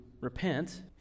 repent